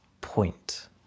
point